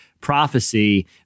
prophecy